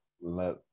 let